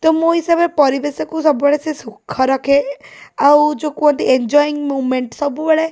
ତ ମୋ ହିସାବରେ ପରିବେଶକୁ ସବୁବେଳେ ସେ ସୁଖ ରଖେ ଏ ଆଉ ଯେଉଁ କୁହନ୍ତି ଏନଜୟିଙ୍ଗ୍ ମୋମେଣ୍ଟ୍ ସବୁବେଳେ